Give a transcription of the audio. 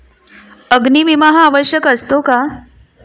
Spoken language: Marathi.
अग्नी विमा हा आवश्यक असतो का?